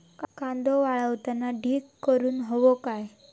कांदो वाळवताना ढीग करून हवो काय?